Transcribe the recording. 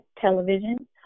television